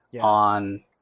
on